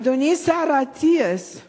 אדוני השר אטיאס,